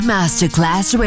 Masterclass